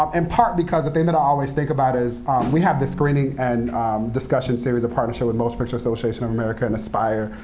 um in part, because the thing that i always think about is we have this screening and discussion series, a partnership with motion picture association of america and aspire,